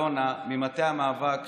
אלונה ממטה המאבק,